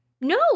no